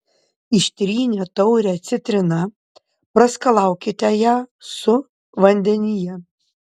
ištrynę taurę citrina praskalaukite ją su vandenyje